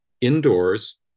indoors